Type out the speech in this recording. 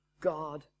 God